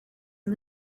and